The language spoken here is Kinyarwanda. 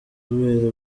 kubera